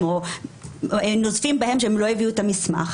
או נוזפים בהם על שלא הביאו את המסמך.